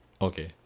Okay